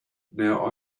now